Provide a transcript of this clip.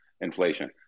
inflation